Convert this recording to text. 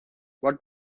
what